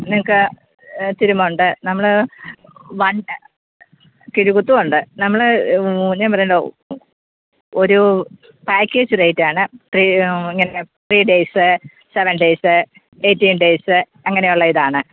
നിങ്ങൾക്ക് തിരുമ്മുണ്ട് നമ്മൾ വണ് കിഴി കുത്തൂണ്ട് നമ്മൾ ഞാന് പറഞ്ഞു തരാം ഒരു പാക്കേജ് റേയ്റ്റാണ് ത്രീ ഇങ്ങനെ three days seven days eighteen days അങ്ങനെ ഉള്ള ഇതാണ്